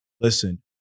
listen